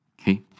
Okay